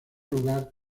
lugar